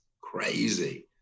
Crazy